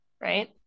right